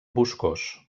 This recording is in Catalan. boscós